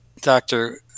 doctor